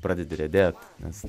pradedi riedėt nes